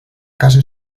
casa